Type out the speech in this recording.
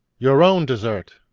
your own desert?